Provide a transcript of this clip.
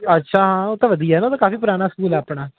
ਅੱਛਾ ਉਹ ਤਾਂ ਵਧੀਆਂ ਹੈ ਕਾਫ਼ੀ ਪੁਰਾਣਾ ਸਕੂਲ ਹੈ ਆਪਣਾ